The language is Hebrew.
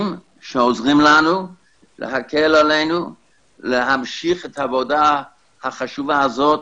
שעוזרים להקל עלינו להמשיך את העבודה החשובה הזאת